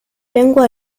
lengua